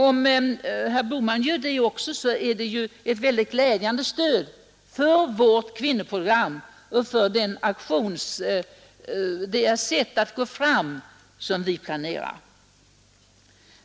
Om också herr Bohman gör det är det ett mycket glädjande stöd för vårt kvinnoprogram och för det sätt att gå fram på som vi planerar.